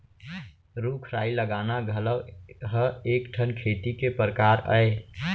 रूख राई लगाना घलौ ह एक ठन खेती के परकार अय